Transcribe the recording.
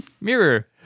Mirror